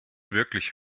wirklich